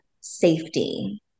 safety